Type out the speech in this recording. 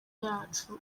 yacu